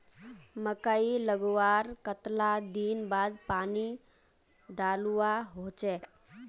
मकई लगवार कतला दिन बाद पानी डालुवा होचे?